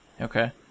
Okay